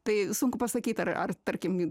tai sunku pasakyti ar ar tarkim